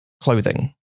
clothing